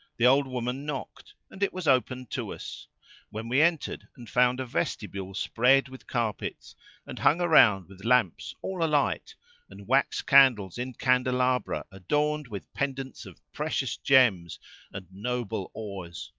the old woman knocked and it was opened to us when we entered and found a vestibule spread with carpets and hung around with lamps all alight and wax candles in candelabra adorned with pendants of precious gems and noble ores.